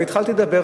והתחלתי לדבר.